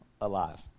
alive